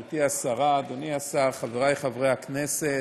אדוני השר, חברי חברי הכנסת,